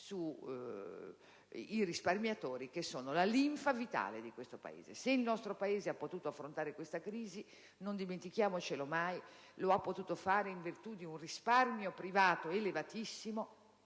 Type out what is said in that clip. sui risparmiatori, che sono la linfa vitale di questo Paese. Se il nostro Paese ha potuto affrontare questa crisi, non dimentichiamolo mai, lo ha potuto fare in virtù di un risparmio privato elevatissimo,